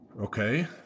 okay